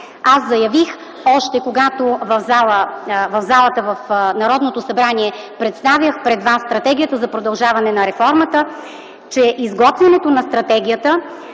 власт. Още когато в залата на Народното събрание представях пред вас Стратегията за продължаване на реформата, заявих, че изготвянето на стратегията